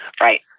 Right